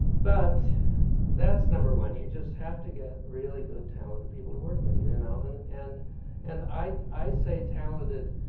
but that's number one. you just have to get really good, talented people to work with you. you know and and and i say talented,